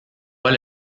pas